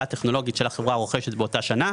הטכנולוגית של החברה הרוכשת באותה שנה,